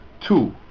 Two